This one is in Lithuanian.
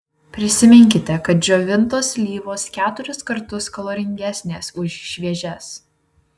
prisiminkite kad džiovintos slyvos keturis kartus kaloringesnės už šviežias